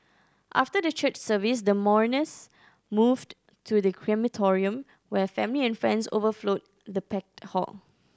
after the church service the mourners moved to the crematorium where family and friends overflowed the packed hall